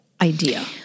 idea